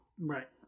Right